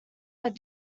had